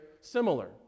similar